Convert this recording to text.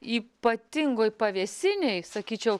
ypatingoj pavėsinėj sakyčiau